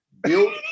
built